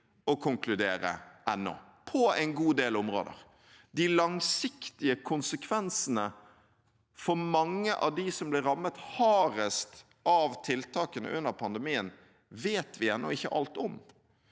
å konkludere på en god del områder. De langsiktige konsekvensene for mange av dem som ble rammet hardest av tiltakene under pandemien, vet vi ennå ikke alt om.